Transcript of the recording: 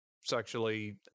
sexually